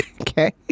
Okay